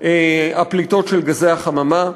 הפליטות של גזי החממה.